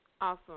Awesome